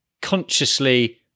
consciously